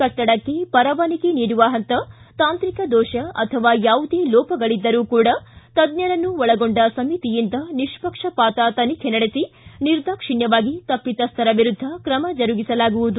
ಕಟ್ಟಡಕ್ಕೆ ಪರವಾನಿಗೆ ನೀಡುವ ಹಂತ ತಾಂತ್ರಿಕ ದೋಷ ಅಥವಾ ಯಾವುದೇ ಲೋಪಗಳದ್ದರೂ ಕೂಡಾ ತಜ್ಜರನ್ನು ಒಳಗೊಂಡ ಸಮಿತಿಯಿಂದ ನಿಷ್ಷಕ್ಷಪಾತ ತನಿಖೆ ನಡೆಸಿ ನಿರ್ಧಾಕ್ಷಿಣ್ಣವಾಗಿ ತಪ್ಪಿತಸ್ವರ ವಿರುದ್ದ ತ್ರಮ ಜರುಗಿಸಲಾಗುವುದು